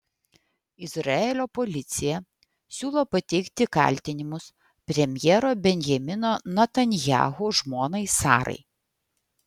izraelio policija siūlo pateikti kaltinimus premjero benjamino netanyahu žmonai sarai